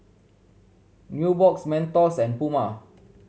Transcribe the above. Nubox Mentos and Puma